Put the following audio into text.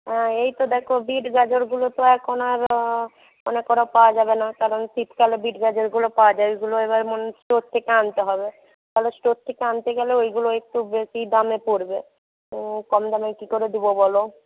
হ্যাঁ এই তো দেখো বিট গাজরগুলো তো এখন আর মনে করো পাওয়া যাবে না কারণ শীতকালে বিট গাজরগুলো পাওয়া যায় ওইগুলো এবার স্টোর থেকে আনতে হবে স্টোর থেকে আনতে গেলে ওইগুলো একটু বেশি দামে পড়বে তো কম দামে কী করে দেবো বলো